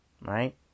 right